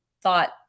thought